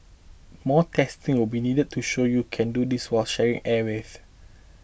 more testing will be needed to show you can do this while sharing airwaves